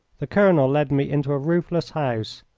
the colonel led me into a roofless house,